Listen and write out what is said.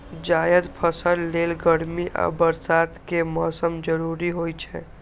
जायद फसल लेल गर्मी आ बरसात के मौसम जरूरी होइ छै